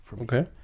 Okay